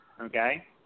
Okay